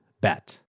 bet